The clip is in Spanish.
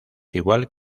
igual